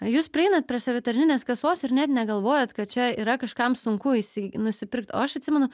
jūs prieinat prie savitarninės kasos ir net negalvojat kad čia yra kažkam sunku išsi nusipirkt o aš atsimenu